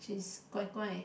she's guai:乖 guai:乖